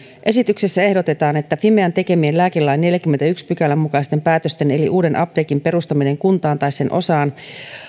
esityksessä ehdotetaan että fimean tekemien lääkelain neljännenkymmenennenensimmäisen pykälän mukaisten päätösten eli uuden apteekin perustaminen kuntaan tai sen osaan